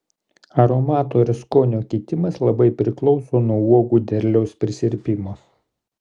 aromato ir skonio kitimas labai priklauso nuo uogų derliaus prisirpimo